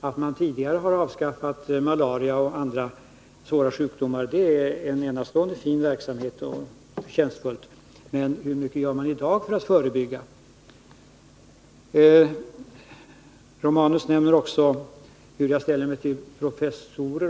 Att man tidigare har lyckats avskaffa malaria och vissa andra svåra sjukdomar är enastående fint och förtjänstfullt. Men hur mycket gör man i dag för att förebygga sjukdomar? Gabriel Romanus undrar också hur jag ställer mig till professorstiteln.